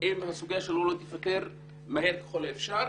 אם הסוגיה שלו לא תיפתר מהר ככל האפשר.